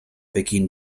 beginn